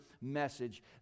message